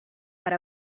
per